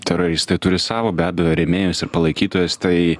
teroristai turi savo be abejo rėmėjus ir palaikytojus tai